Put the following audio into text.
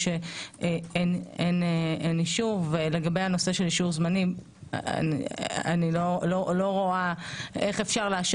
שאין אישור לגבי הנושא של הזמנים אני לא רואה איך אפשר לאשר